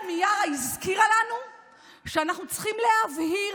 גב' מיארה הזכירה לנו שאנחנו צריכים להבהיר.